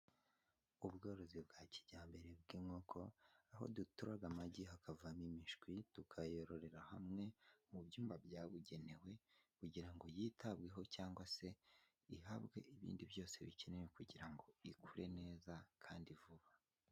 Ubworozi bwa kijyambere bw'inkoko aho duturaga amagi hakavamo imishwi tukayororera hamwe mu byumba byabugenewe kugira ngo yitabweho cyangwa se ihabwe ibindi byose bikenewe kugira ngo ikure neza kandi vuba.